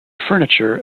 furniture